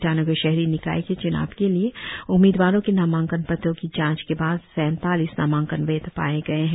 ईटानगर शहरी निकाय के च्नाव के लिए उम्मीदवारों के नामांकन पत्रों की जांच के बाद सैतालीस नामांकन वैध पाए गए हैं